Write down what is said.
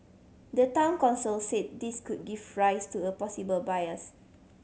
the Town Council say this could give rise to a possible bias